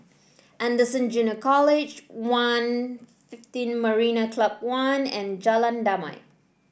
Anderson Junior College One Fifteen Marina Club One and Jalan Damai